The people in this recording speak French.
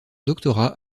doctorat